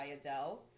Adele